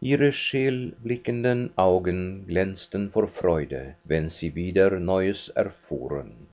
ihre scheelblickenden augen glänzten vor freude wenn sie wieder neues erfuhren